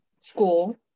school